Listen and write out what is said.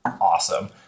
Awesome